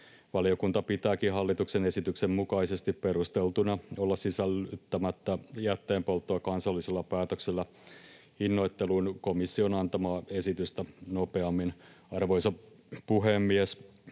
Valiokunta pitääkin hallituksen esityksen mukaisesti perusteltuna olla sisällyttämättä jätteenpolttoa kansallisella päätöksellä hinnoitteluun komission antamaa esitystä nopeammin. Arvoisa puhemies!